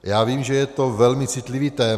Já vím, že je to velmi citlivé téma.